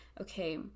okay